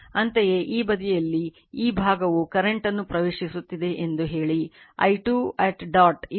ಅಂತೆಯೇ ಈ ಬದಿಯಲ್ಲಿ ಈ ಭಾಗವು ಕರೆಂಟ್ ಅನ್ನು ಪ್ರವೇಶಿಸುತ್ತಿದೆ ಎಂದು ಹೇಳಿ i 2 at dot ಇಲ್ಲಿ